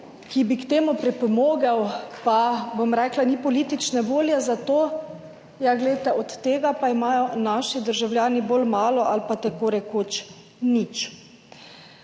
ki bi k temu pripomogel, pa za to ni politične volje. Poglejte, od tega pa imajo naši državljani bolj malo ali pa tako rekoč nič.